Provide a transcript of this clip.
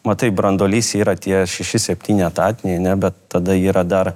matai branduolys yra tie šeši septyni etatiniai ane bet tada yra dar